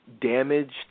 damaged